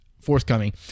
forthcoming